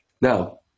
Now